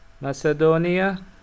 Macedonia